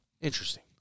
Interesting